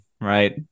right